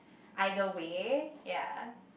either way ya